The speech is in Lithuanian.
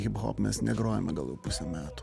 hiphop mes negrojome gal jau pusę metų